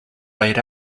laid